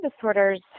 disorders